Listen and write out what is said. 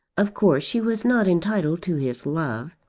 of course she was not entitled to his love.